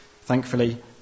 Thankfully